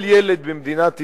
כל ילד במדינת ישראל,